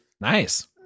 nice